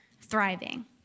thriving